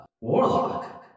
warlock